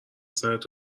سرت